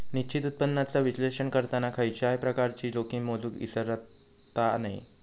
निश्चित उत्पन्नाचा विश्लेषण करताना खयच्याय प्रकारची जोखीम मोजुक इसरता नये